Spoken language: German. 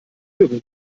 jürgen